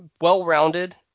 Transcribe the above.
well-rounded